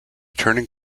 turning